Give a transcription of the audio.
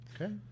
Okay